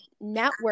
network